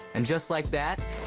and just like that,